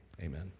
amen